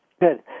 Good